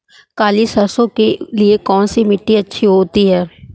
काली सरसो के लिए कौन सी मिट्टी अच्छी होती है?